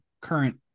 current